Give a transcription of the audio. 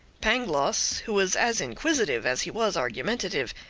pangloss, who was as inquisitive as he was argumentative,